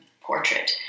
portrait